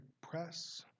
press